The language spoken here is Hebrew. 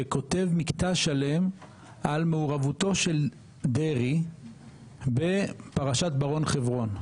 שכותב מקטע שלם על מעורבותו של דרעי בפרשת בר און חברון,